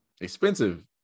expensive